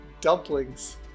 Dumplings